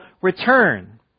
return